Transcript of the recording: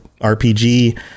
RPG